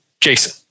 Jason